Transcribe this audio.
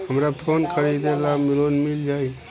हमरा फोन खरीदे ला लोन मिल जायी?